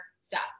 stop